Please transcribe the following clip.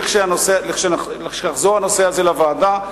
כשיחזור הנושא הזה לוועדה,